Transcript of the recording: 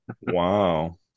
wow